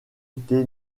été